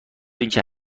اینکه